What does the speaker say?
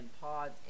pods